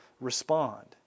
respond